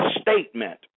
statement